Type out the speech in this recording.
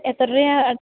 എത്ര രൂപയാണ്